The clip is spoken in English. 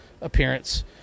appearance